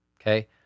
Okay